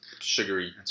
sugary